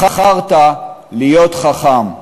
בחרת להיות חכם.